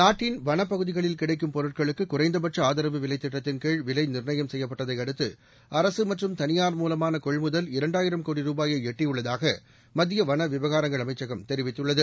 நாட்டின் வன பகுதிகளில் கிடைக்கும் பொருட்களுக்கு குறைந்த பட்ச ஆதரவு விலைத் திட்டத்தின் கீழ் விலை நிர்ணயம் செய்யப்பட்டதையடுத்து அரசு மற்றும் தனியார் மூலமான கொள்முதல் இரண்டாயிரம் கோடி ரூபாயை எட்டியுள்ளதாக மத்திய வன விவகாரங்கள் அமைச்சகம் தெரிவித்துள்ளது